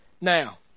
Now